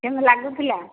କେମିତି ଲାଗୁଥିଲା